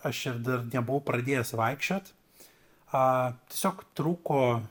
aš ir dar nebuvau pradėjęs vaikščiot a tiesiog trūko